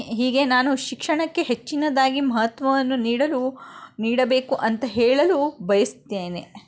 ಹೀಗೆ ನಾನು ಶಿಕ್ಷಣಕ್ಕೆ ಹೆಚ್ಚಿನದಾಗಿ ಮಹತ್ವವನ್ನು ನೀಡಲು ನೀಡಬೇಕು ಅಂತ ಹೇಳಲು ಬಯಸ್ತೇನೆ